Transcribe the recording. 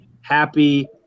happy